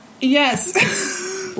Yes